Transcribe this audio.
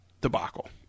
debacle